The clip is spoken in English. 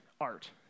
art